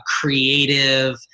creative